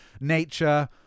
nature